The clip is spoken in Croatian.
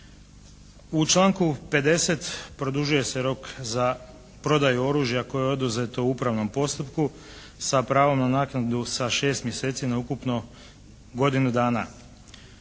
U članku 50. produžuje se rok za prodaju oružja koje je oduzeto u upravnom postupku sa pravom na naknadu sa 6 mjeseci na ukupno godinu dana.